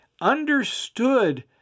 understood